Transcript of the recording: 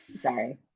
Sorry